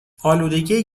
آلودگی